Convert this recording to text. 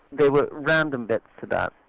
there were random bits to that,